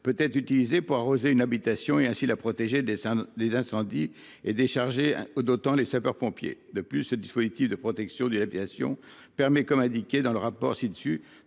peut être utilisée pour arroser une habitation et ainsi la protéger des les incendies et décharger hein oh d'autant les sapeurs-pompiers de plus ce dispositif de protection de l'. Permet comme indiqué dans le rapport ci-dessus